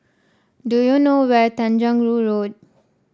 do you know where Tanjong Rhu Road